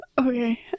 Okay